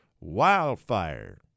Wildfire